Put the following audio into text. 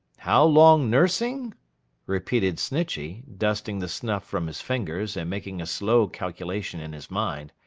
how long nursing repeated snitchey, dusting the snuff from his fingers, and making a slow calculation in his mind.